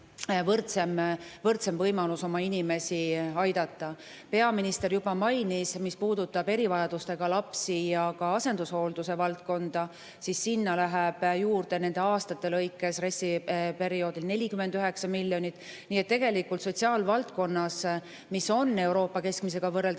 võimalused oma inimesi aidata. Peaminister juba mainis, et mis puudutab erivajadustega lapsi ja ka asendushoolduse valdkonda, siis sinna läheb juurde nende aastate jooksul RES-i perioodil 49 miljonit. Nii et tegelikult on meil sotsiaalvaldkonnas, mis on Euroopa keskmisega võrreldes